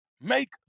make